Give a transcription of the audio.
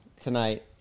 tonight